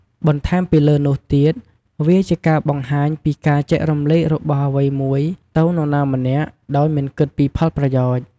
បន្ថែមពីលើនោះទៀត វាជាការបង្ហាញពីការចែករំលែករបស់អ្វីមួយទៅនរណាម្នាក់ដោយមិនគិតពីផលប្រយោជន៍។